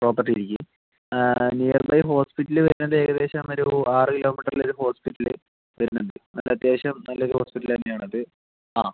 പ്രോപ്പർറ്റിയിലേക്ക് near by hospital വരുന്നത് ഏകദേശം ഒരൂ ആറ് കിലോമീറ്ററിലൊരൂ ഹോസ്പിറ്റല് വരുന്നുണ്ട് അത്യാവശ്യം നല്ലൊരു ഹോസ്പിറ്റൽ തന്നെയാണത് ആ